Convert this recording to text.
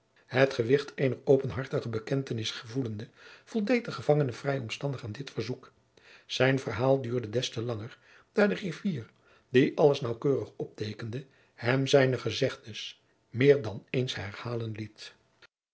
het gewicht eener openhartige bekentenis gevoelende voldeed de gevangene vrij omstandig aan dit verzoek zijn verhaal duurde des te langer daar de griffier die alles naauwkeurig opteekende hem zijne gezegdens meer dan eens herhalen deed